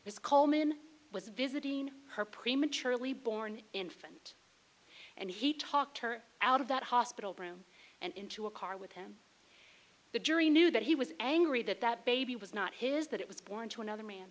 because coleman was visiting her prematurely born infant and he talked her out of that hospital room and into a car with him the jury knew that he was angry that that baby was not his that it was born to another man